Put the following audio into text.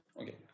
okay